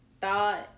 thought